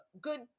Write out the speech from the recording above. good